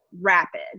rapid